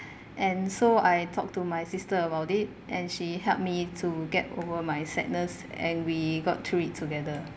and so I talk to my sister about it and she helped me to get over my sadness and we got through it together